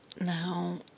Now